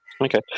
Okay